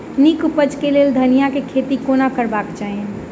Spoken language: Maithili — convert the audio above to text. नीक उपज केँ लेल धनिया केँ खेती कोना करबाक चाहि?